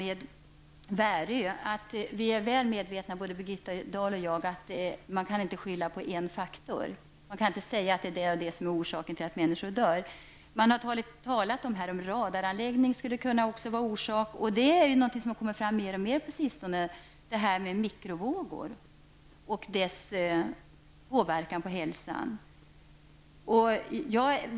Både Birgitta Dahl och jag vet mycket väl att man inte kan skylla på en faktor. Det går inte att säga att det är det eller det som är orsaken till att människor dör. Det har sagts att en radaranläggning skulle kunna vara en orsak i sammanhanget. På sistone har man talat mer och mer om mikrovågor och deras påverkan på hälsan.